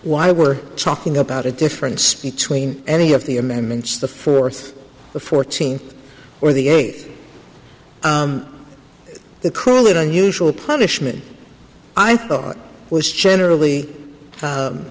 why we're talking about a difference between any of the amendments the fourth the fourteenth or the eighth the cruel and unusual punishment i thought was generally